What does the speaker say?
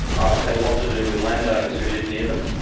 i've had a lot to do with land owners who live near them,